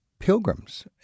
pilgrims